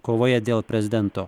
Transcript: kovoje dėl prezidento